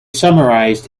summarized